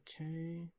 okay